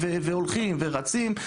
הולכים ורצים,